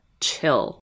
chill